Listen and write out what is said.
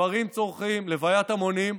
גברים צורחים הלווית המונים,